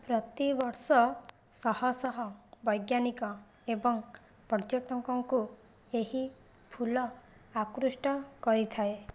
ପ୍ରତିବର୍ଷ ଶହ ଶହ ବୈଜ୍ଞାନିକ ଏବଂ ପର୍ଯ୍ୟଟକଙ୍କୁ ଏହି ଫୁଲ ଆକୃଷ୍ଟ କରିଥାଏ